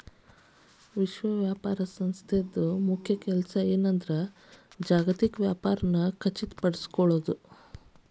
ವಿಶ್ವ ವ್ಯಾಪಾರ ಸಂಸ್ಥೆ ಮುಖ್ಯ ಕೆಲ್ಸ ಏನಂದ್ರ ಜಾಗತಿಕ ವ್ಯಾಪಾರನ ಖಚಿತಪಡಿಸೋದ್